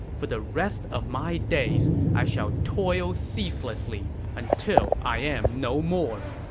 for the rest of my days, i shall toil ceaselessly until i am no more!